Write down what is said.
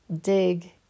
dig